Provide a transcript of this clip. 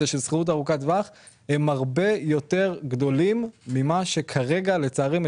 של שכירות ארוכת טווח הם הרבה יותר גדולים ממה שכרגע ,לצערי,